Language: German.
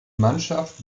mannschaft